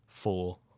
Four